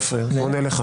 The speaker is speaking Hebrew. עכשיו הוא עונה לי,